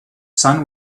sun